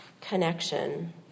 connection